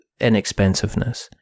inexpensiveness